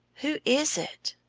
who is it?